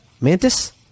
Mantis